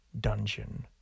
dungeon